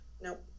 Nope